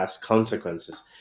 consequences